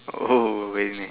oh really